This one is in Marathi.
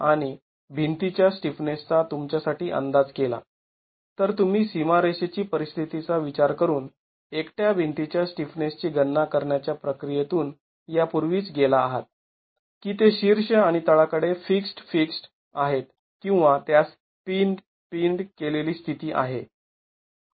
आणि भिंती च्या स्टिफनेसचा तुमच्यासाठी अंदाज केला तर तुम्ही सीमारेषेची परिस्थितीचा विचार करून एकट्या भिंती च्या स्टिफनेसची गणना करण्याच्या प्रक्रियेतून यापूर्वीच गेला आहात की ते शीर्ष आणि तळा कडे फिक्स्ड् फिक्स्ड् आहेत किंवा त्यास पिन्ड् पिन्ड् केलेली स्थिती आहे